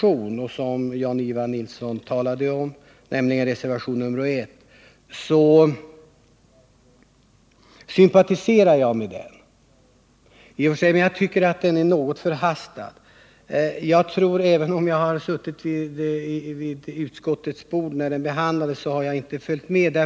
i Vindelälvsområ När det gäller centerpartiets reservation nr 1, så sympatiserar jag i och för — der sig med den. Men jag tycker att den är något förhastad. Även om jag suttit vid utskottets bord då frågan behandlades har jag inte följt med.